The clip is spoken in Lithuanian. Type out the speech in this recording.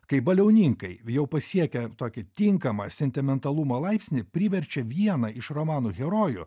kai baliauninkai jau pasiekę tokį tinkamą sentimentalumo laipsnį priverčia vieną iš romano herojų